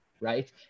Right